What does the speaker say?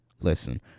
listen